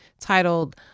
titled